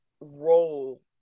role